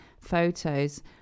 photos